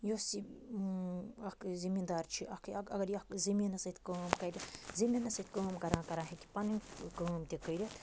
یۄس یہِ اَکھ زمیٖدار چھِ اَکھ یہِ اَکھ اَگر یہِ اَکھ زمیٖنَس سۭتۍ کٲم کَرِ زمیٖنَس سۭتۍ کٲم کَران کران ہیٚکہِ پَنٕنۍ کٲم تہِ کٔرِتھ